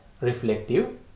reflective